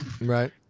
Right